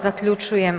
Zaključujem.